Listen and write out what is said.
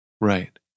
right